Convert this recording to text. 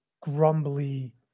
grumbly